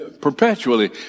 perpetually